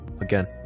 again